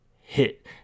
hit